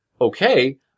okay